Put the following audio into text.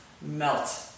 melt